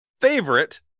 favorite